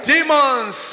Demons